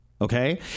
Okay